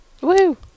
woo